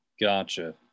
Gotcha